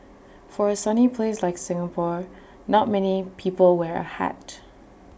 for A sunny place like Singapore not many people wear A hat